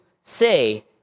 say